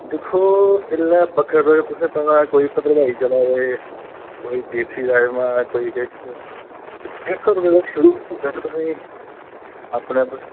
दिक्खो ऐल्लै बक्खरे बक्खरे ना इक भद्रबाही चलै दे कोई देसी राजमांह् कोई किश एह् डेढ सौ रपे तूं शुरु होंदे न अपने